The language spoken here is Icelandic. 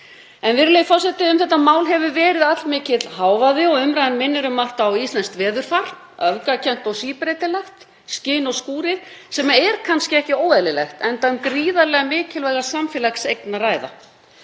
Virðulegi forseti. Um þetta mál hefur verið allmikill hávaði og umræðan minnir um margt á íslenskt veðurfar; öfgakennt og síbreytilegt, skin og skúrir, sem er kannski ekki óeðlilegt enda um gríðarlega mikilvæga samfélagseign að ræða.